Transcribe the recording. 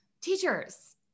Teachers